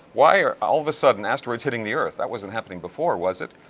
why are all of a sudden asteroids hitting the earth? that wasn't happening before, was it?